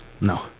No